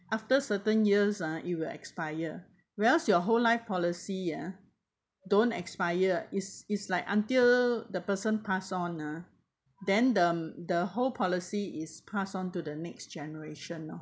after certain years ah it will expire whereas your whole life policy ah don't expire is is like until the person pass on ah then them the whole policy is pass on to the next generation